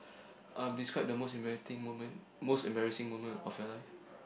um describe the most immunating moment most embarrassing moment of your life